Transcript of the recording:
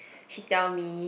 she tell me